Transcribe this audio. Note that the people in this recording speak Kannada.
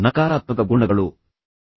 ಆ ನಕಾರಾತ್ಮಕ ಗುಣಗಳು ಯಾವುವು